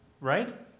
Right